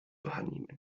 wahrnehmen